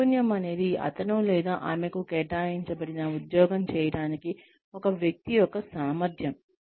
నైపుణ్యం అనేది అతను లేదా ఆమెకు కేటాయించబడిన ఉద్యోగం చేయటానికి ఒక వ్యక్తి యొక్క సామర్ధ్యం